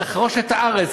תחרוש את הארץ,